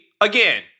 Again